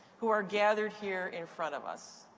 who are gathered here in front of us.